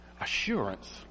Assurance